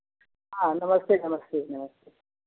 हाँ नमस्ते नमस्ते नमस्ते